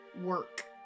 Work